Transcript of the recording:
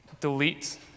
delete